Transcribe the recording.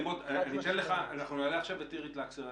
נמרוד, אנחנו נעלה עכשיו את אירית לקסר.